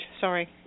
Sorry